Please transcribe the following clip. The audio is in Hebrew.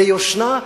ליושנה,